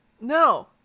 No